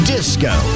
Disco